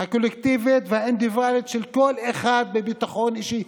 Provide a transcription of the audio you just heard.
הקולקטיבית והאינדיבידואלית של כל אחד לביטחון אישי.